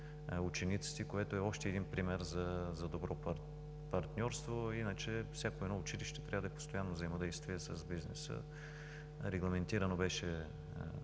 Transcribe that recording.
учениците, което е още един пример за добро партньорство, иначе всяко едно училище трябва да е в постоянно взаимодействие с бизнеса. Регламентирано беше